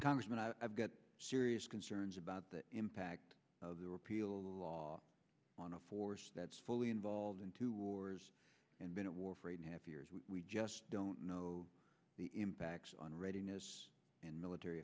congressman i've got serious concerns about the impact of the repeal of the law on a force that's fully involved in two wars and been at war for eight half years we just don't know the impacts on readiness and military